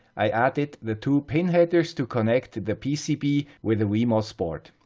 i added the two pin headers to connect the pcb with the wemos board.